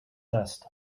test